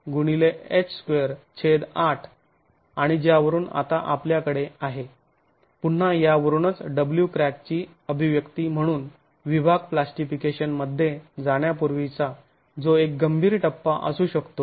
तर wcrack h28 आणि ज्यावरुन आता आपल्याकडे आहे पुन्हा यावरूनच wcrack ची अभिव्यक्ती म्हणून विभाग प्लास्टीफिकेशन मध्ये जाण्यापूर्वीचा जो एक गंभीर टप्पा असू शकतो